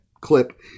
Clip